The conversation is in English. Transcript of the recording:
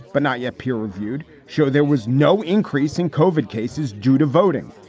but not yet peer reviewed show there was no increase in covered cases due to voting.